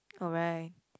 oh right